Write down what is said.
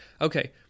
okay